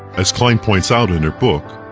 as klein points out in her book,